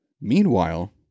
Meanwhile